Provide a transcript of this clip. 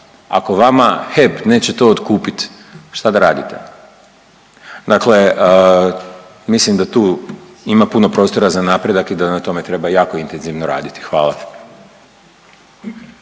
ako vama HEP neće to otkupiti šta da radite? Dakle, mislim da tu ima puno prostora za napredak i da na tome treba jako intenzivno raditi. Hvala.